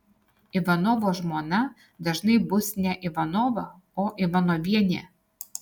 ivanovo žmona dažnai bus ne ivanova o ivanovienė